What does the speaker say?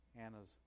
Anna's